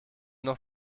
noch